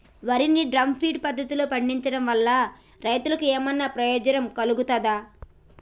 వరి ని drum feed పద్ధతిలో పండించడం వల్ల రైతులకు ఏమన్నా ప్రయోజనం కలుగుతదా?